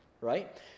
right